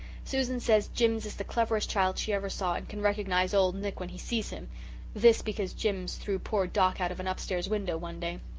susan says jims is the cleverest child she ever saw and can recognize old nick when he sees him this because jims threw poor doc out of an upstairs window one day.